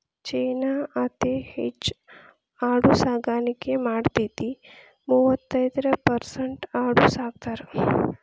ಚೇನಾ ಅತೇ ಹೆಚ್ ಆಡು ಸಾಕಾಣಿಕೆ ಮಾಡತತಿ, ಮೂವತ್ತೈರ ಪರಸೆಂಟ್ ಆಡು ಸಾಕತಾರ